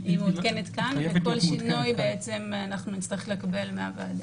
כל שינוי, נצטרך לקבל מהוועדה.